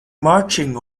marching